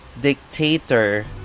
dictator